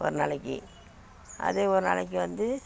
ஒரு நாளைக்கு அதே ஒரு நாளைக்கு வந்து